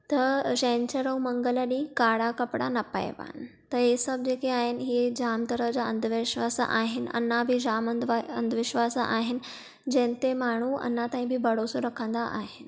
त छंछरु ऐं मंगल ॾींहुं कारा कपड़ा न पाइबा आहिनि त इहे सभु जेके आहिनि इहे जाम तरह जा अंधविश्वास आहिनि अञां बि जाम अंधविश्वास आहिनि जंहिं ते माण्हू अञां ताईं बि भरोसो रखंदा आहिनि